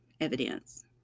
evidence